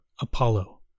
Apollo